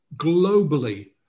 globally